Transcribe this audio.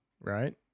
Right